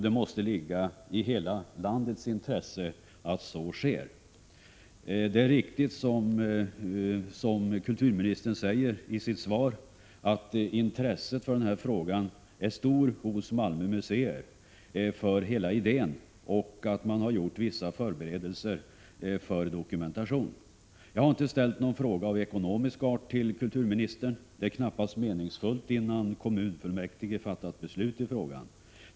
Det måste ligga i hela landets intresse att så sker. Det är riktigt som kulturministern säger i sitt svar att intresset i Malmö museer är stort för idén och att vissa förberedelser har gjorts för dokumentation. Jag har inte ställt någon fråga av ekonomisk art till kulturministern. Det är knappast meningsfullt innan kommunfullmäktige beslutar i frågan.